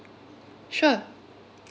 sure